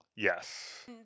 yes